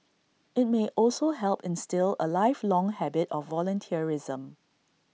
IT may also help instil A lifelong habit of volunteerism